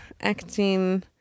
acting